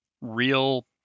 real